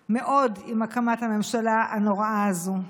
מאוד עם הקמת הממשלה הנוראה הזאת,